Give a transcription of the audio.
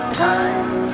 time